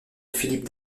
philippe